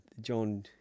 John